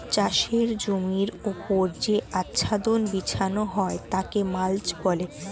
চাষের জমির ওপর যে আচ্ছাদন বিছানো হয় তাকে মাল্চ বলে